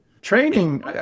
Training